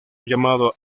llamado